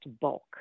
bulk